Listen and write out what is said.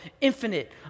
infinite